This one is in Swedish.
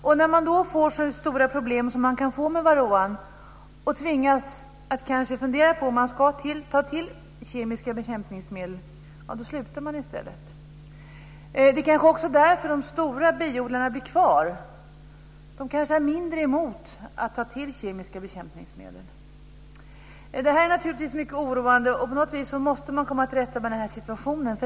Och när man då får så stora problem som man kan få med varroan och kanske tvingas fundera på om man ska ta till kemiska bekämpningsmedel, då slutar man i stället. Det kanske också är därför som de stora biodlarna blir kvar. De kanske är mindre emot att ta till kemiska bekämpningsmedel. Detta är naturligtvis mycket oroande, och på något vis måste man komma till rätta med den här situationen.